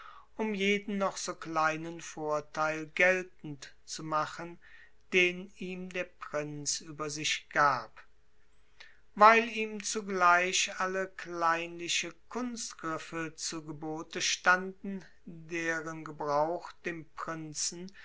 um jeden noch so kleinen vorteil geltend zu machen den ihm der prinz über sich gab weil ihm zugleich alle kleinliche kunstgriffe zu gebote standen deren gebrauch dem prinzen